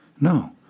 No